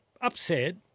upset